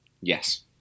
Yes